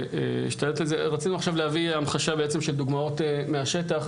רצינו להביא המחשה של דוגמאות מהשטח.